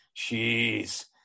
jeez